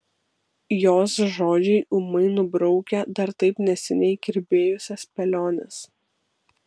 jos žodžiai ūmai nubraukia dar taip neseniai kirbėjusias spėliones